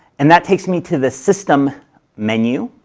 and that takes me to the system menu,